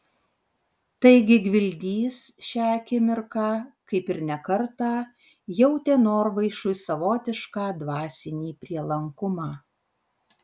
taigi gvildys šią akimirką kaip ir ne kartą jautė norvaišui savotišką dvasinį prielankumą